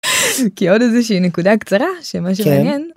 כי עוד איזה שהיא נקודה קצרה שם.